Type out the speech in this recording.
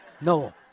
No